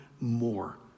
more